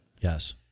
Yes